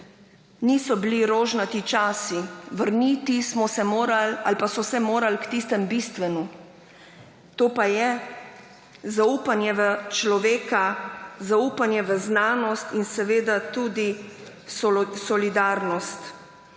Niso bili rožnati časi. Vrniti so se morali k tistemu bistvenemu, to pa je zaupanje v človeka, zaupanje v znanost in seveda tudi solidarnost.